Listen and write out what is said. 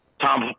Tom